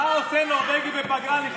מה עושה נורבגי בפגרה?